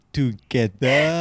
together